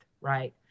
right